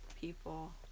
people